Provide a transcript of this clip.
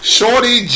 Shorty